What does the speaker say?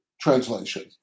translation